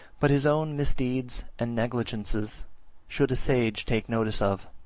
but his own misdeeds and negligences should a sage take notice of.